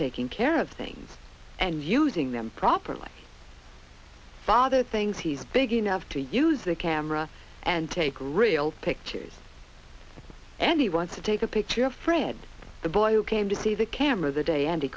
taking care of things and using them properly father things he's a big enough to use a camera and take real pictures and he wants to take a picture of fred the boy who came to see the camera the day and he